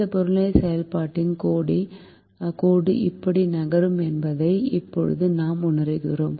இந்த புறநிலை செயல்பாட்டுக் கோடு இப்படி நகரும் என்பதை இப்போது நாம் உணருவோம்